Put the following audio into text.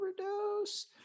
overdose